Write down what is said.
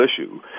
issue